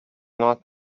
not